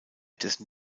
dessen